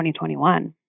2021